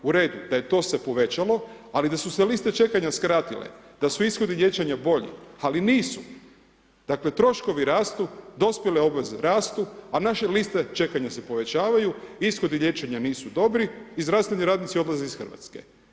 U redu, da je to se povećalo ali da su se liste čekanja skratile, da su ishodi liječenja bolji, ali nisu, dakle troškovi rastu, dospjele obveze rastu a naše liste čekanja se povećavaju, ishodi liječenja nisu dobri i zdravstveni radnici odlaze iz Hrvatske.